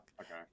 Okay